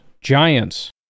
Giants